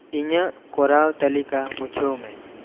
ᱤᱧᱟᱹᱜ ᱠᱚᱨᱟᱣ ᱛᱟᱞᱤᱠᱟ ᱢᱩᱪᱷᱟᱹᱣ ᱢᱮ